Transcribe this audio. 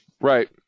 Right